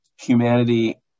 humanity